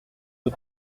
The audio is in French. nos